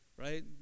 right